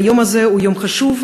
היום הזה הוא יום חשוב,